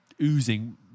oozing